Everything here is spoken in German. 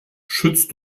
schützt